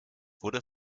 wurde